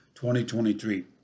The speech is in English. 2023